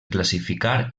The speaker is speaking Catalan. classificar